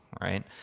right